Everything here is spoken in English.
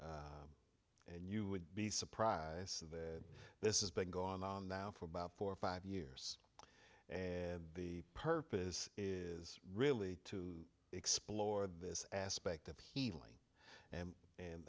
and you would be surprised that this is being gone on now for about four or five years and the purpose is really to explore this aspect of healing and